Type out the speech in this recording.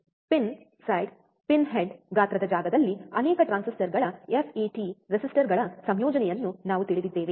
pin side pin head ಗಾತ್ರದ ಜಾಗದಲ್ಲಿ ಅನೇಕ ಟ್ರಾನ್ಸಿಸ್ಟರ್ಗಳ FET resistorಗಳ ಸಂಯೋಜನೆಯನ್ನು ನಾವು ತಿಳಿದಿದ್ದೇವೆ